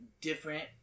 different